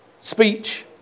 speech